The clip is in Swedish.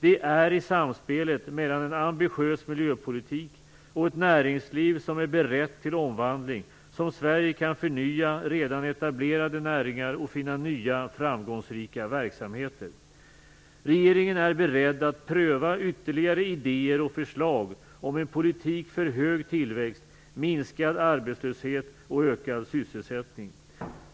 Det är i samspelet mellan en ambitiös miljöpolitik och ett näringsliv som är berett till omvandling som Sverige kan förnya redan etablerade näringar och finna nya framgångsrika verksamheter. Regeringen är beredd att pröva ytterligare idéer och förslag om en politik för hög tillväxt, minskad arbetslöshet och ökad sysselsättning.